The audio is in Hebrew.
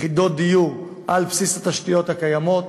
יחידות דיור על בסיס התשתיות הקיימות,